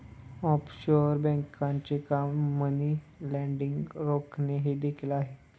offshore बँकांचे काम money laundering रोखणे हे देखील आहे